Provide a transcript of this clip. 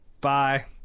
Bye